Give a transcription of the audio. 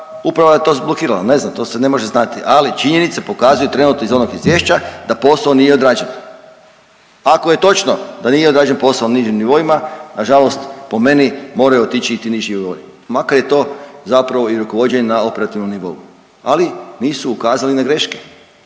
uprava je to zblokirala? Ne znam, to se ne može znati, ali činjenice trenutno iz onog izvješća da posao nije odrađen. Ako je točno da nije odrađen posao u nižim nivoima nažalost po meni moraju otići i ti niži nivoi, makar je to zapravo i rukovođenja na operativnom nivou, ali nisu ukazali na greške.